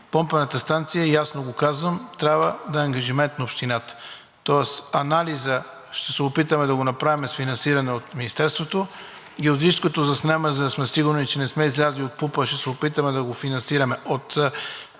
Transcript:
Помпената станция, ясно го казвам: трябва да е ангажимент на общината. Тоест анализът ще се опитаме да го направим с финансиране от Министерството. Геодезичното заснемане, за да сме сигурни, че не сме излезли от Подробния устройствен план, ще се опитаме да го финансираме чрез областните